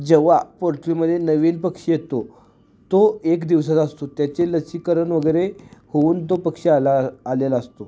जेव्हा पोल्ट्रीमध्ये नवीन पक्षी येतो तो एक दिवसाचा असतो त्याचे लसीकरण वगैरे होऊन तो पक्षी आला आलेला असतो